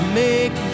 make